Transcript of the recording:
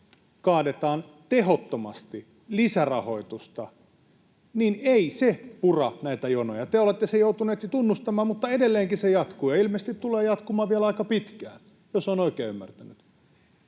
kaadetaan tehottomasti — lisärahoitus — ei pura näitä jonoja. Te olette sen joutuneet jo tunnustamaan, mutta edelleenkin se jatkuu ja ilmeisesti tulee jatkumaan vielä aika pitkään, jos olen oikein ymmärtänyt.